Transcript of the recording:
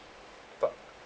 part